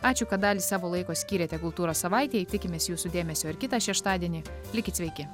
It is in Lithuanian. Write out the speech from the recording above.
ačiū kad dalį savo laiko skyrėte kultūros savaitei tikimės jūsų dėmesio ir kitą šeštadienį likit sveiki